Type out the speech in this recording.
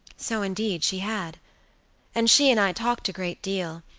so, indeed, she had and she and i talked a great deal,